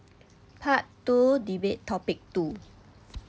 part two debate topic two